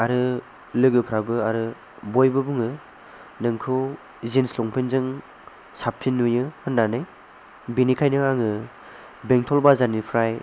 आरो लोगोफोराबो आरो बयबो बुङो नोंखौ जिन्स लंपेन्ट जों साबफिन नुयो होननानै बेनिखायनो आङो बेंटल बाजारनिफ्राय